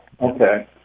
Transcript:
Okay